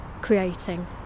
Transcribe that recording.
creating